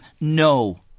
no